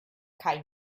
kaj